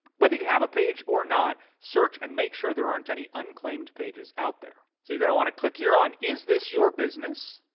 whether you have a page or not, search and make sure there aren't any unclaimed unclaimed pages out there. so you're going to want to click here on is this your business,